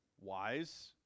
wise